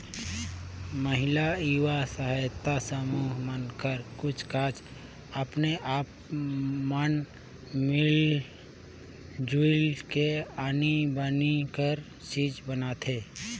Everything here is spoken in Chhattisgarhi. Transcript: महिला स्व सहायता समूह मन हर कुछ काछ अपने अपन मन मिल जुल के आनी बानी कर चीज बनाथे